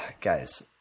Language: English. guys